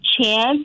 chance